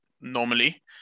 normally